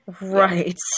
Right